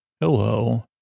Hello